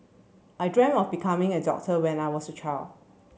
I dreamt of becoming a doctor when I was a child